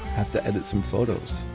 have to edit some photos.